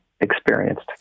experienced